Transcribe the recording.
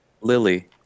Lily